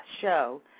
show